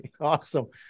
Awesome